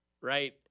right